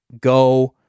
go